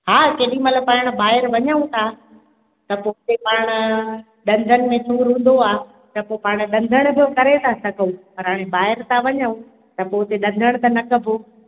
हा केॾीमहिल पाण ॿाहिरि वञू था त पोइ पाण डंदनि में सूरु हूंदो आहे त पोइ पाण डंदण जो करे था सघूं पर हाणे ॿाहिरि त वञूं त पोइ हुते डंदड़ त न कबो